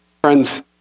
Friends